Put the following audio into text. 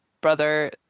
Brother